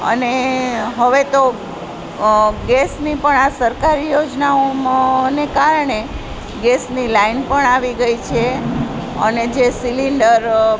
અને હવે તો ગેસની પણ આ સરકારી યોજનાઓ ને કારણે ગેસની લાઇન પણ આવી ગઈ છે અને જે સિલિન્ડર